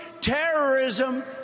terrorism